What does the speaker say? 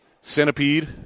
centipede